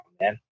man